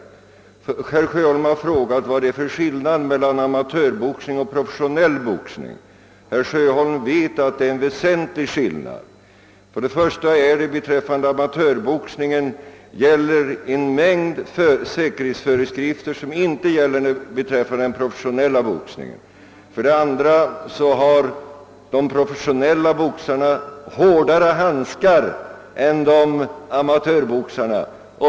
Herr Sjöholm frågade vad det är för skillnad mellan amatörboxning och professionell boxning. Han vet emellertid mycket väl att det är en väsentlig skillnad. För det första gäller för amatörboxningen en mängd säkerhetsföreskrifter som inte tillämpas vid den professionella boxningen. För det andra har de professionella boxarna hårdare handskar än amatörboxarna.